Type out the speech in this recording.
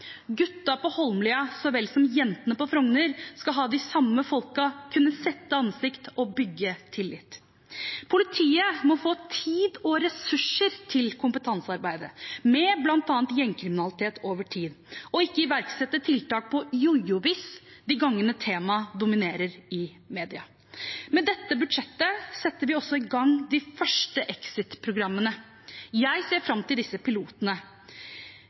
på Holmlia så vel som jentene på Frogner skal ha de samme folkene, vise ansikt og bygge tillit. Politiet må få ressurser til kompetansearbeid over tid, bl.a. med gjengkriminalitet, og ikke iverksette tiltak på jojo-vis de gangene temaet dominerer i media. Med dette budsjettet setter vi også i gang de første exit-programmene. Jeg ser fram til disse pilotene,